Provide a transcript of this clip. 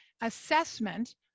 assessment